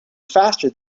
faster